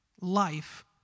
life